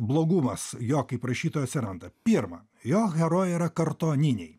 blogumas jo kaip rašytojo atsiranda pirma jo herojai yra kartoniniai